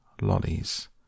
lollies